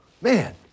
man